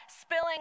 spilling